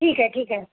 ठीक आहे ठीक आहे